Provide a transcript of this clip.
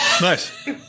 Nice